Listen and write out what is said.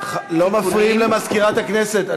לא מפריעים למזכירת הכנסת.